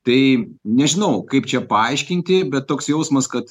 tai nežinau kaip čia paaiškinti bet toks jausmas kad